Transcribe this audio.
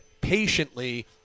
patiently